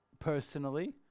Personally